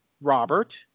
Robert